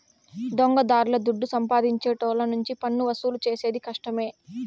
దొంగదారుల దుడ్డు సంపాదించేటోళ్ళ నుంచి పన్నువసూలు చేసేది కష్టమే